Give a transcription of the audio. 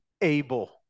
able